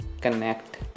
connect